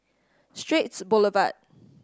Straits Boulevard